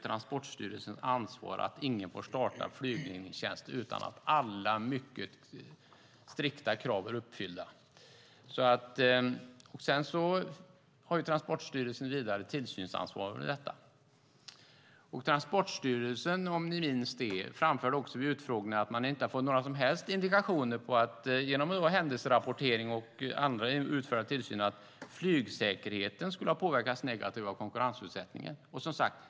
Transportstyrelsen ansvarar för att ingen får starta en flygning utan att alla mycket strikta krav är uppfyllda. Transportstyrelsen har vidare tillsynsansvaret. Transportstyrelsen framförde också vid utfrågningen att man inte har fått några som helst indikationer, genom händelserapportering eller utförd tillsyn, att flygsäkerheten skulle ha påverkats negativt av konkurrensutsättningen.